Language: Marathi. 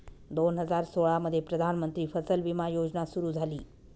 दोन हजार सोळामध्ये प्रधानमंत्री फसल विमा योजना सुरू झाली